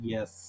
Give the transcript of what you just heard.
Yes